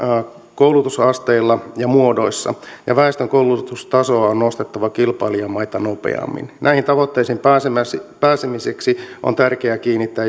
koulutusasteilla ja kaikissa koulutusmuodoissa ja väestön koulutustasoa on nostettava kilpailijamaita nopeammin näihin tavoitteisiin pääsemiseksi on tärkeää kiinnittää